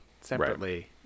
separately